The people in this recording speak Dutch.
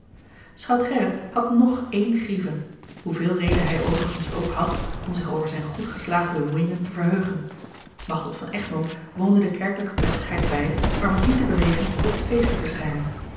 schout gerrit had ng ééne grieve hoeveel reden hij overigens ook had om zich over zijne goed geslaagde bemoeiingen te verheugen machteld van egmond woonde de kerkelijke plechtigheid bij maar was niet te bewegen op het feest te verschijnen